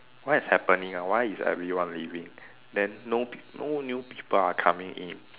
what is happening ah why is everyone leaving then no no new people are coming in